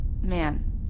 man